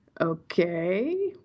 Okay